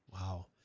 Wow